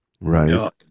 right